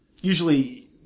usually